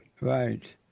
Right